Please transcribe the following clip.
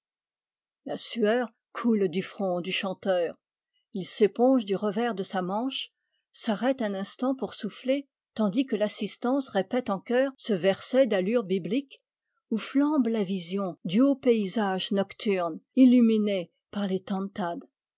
la sueur coule du front du chanteur il s'éponge du revers de sa manche s'arrête un instant pour souffler tandis que l'assistance répète en chœur ce verset d'allure biblique où flambe la vision du haut paysage nocturne illuminé par les